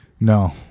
No